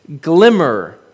glimmer